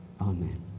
amen